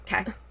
Okay